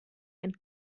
and